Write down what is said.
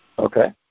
Okay